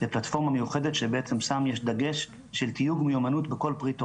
בפלטפורמה מיוחדת ששם יש דגש של טיוב מיומנויות בכל פריט הוראה.